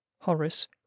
Horace